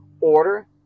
order